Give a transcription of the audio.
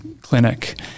clinic